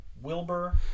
Wilbur